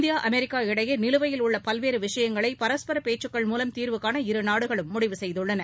India America இடையே நிலுவையில் உள்ள பல்வேறு விஷயங்களை பரஸ்பர பேச்சுக்கள் மூலம் தீர்வு காண இருநாடுகளும் முடிவு செய்துள்ளன